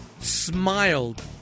Smiled